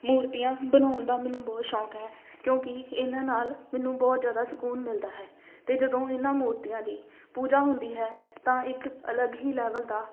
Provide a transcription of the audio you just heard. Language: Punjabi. ਮੂਰਤੀਆਂ ਬਣਾਉਣ ਦਾ ਮੈਨੂੰ ਬਹੁਤ ਸ਼ੌਕ ਹੈ ਕਿਉਂਕਿ ਇਹਨਾਂ ਨਾਲ ਮੈਨੂੰ ਬਹੁਤ ਜ਼ਿਆਦਾ ਸਕੂਨ ਮਿਲਦਾ ਹੈ ਅਤੇ ਜਦੋਂ ਇਹਨਾਂ ਮੂਰਤੀਆਂ ਦੀ ਪੂਜਾ ਹੁੰਦੀ ਹੈ ਤਾਂ ਇੱਕ ਅਲੱਗ ਹੀ ਲੈਵਲ ਦਾ